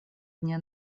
дня